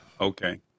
Okay